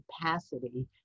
capacity